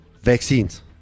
vaccines